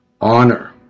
honor